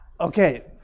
Okay